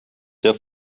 der